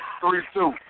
three-two